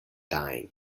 dying